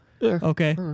Okay